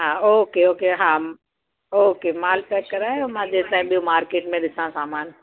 हा okay okay हा okay महिल पैक करायो मां जेसि ताईं ॿियो मार्केट में ॾिसां सामान